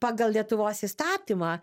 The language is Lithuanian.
pagal lietuvos įstatymą